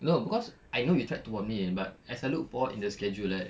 no cause I know you tried to warn me but as I look forward in the schedule right